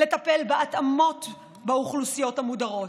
לטפל בהתאמות לאוכלוסיות המודרות,